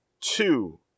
two